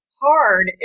hard